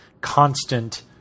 constant